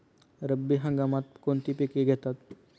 रब्बी हंगामात कोणती पिके घेतात?